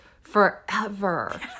forever